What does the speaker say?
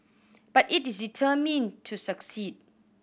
but it is determined to succeed